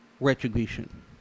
Retribution